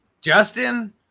Justin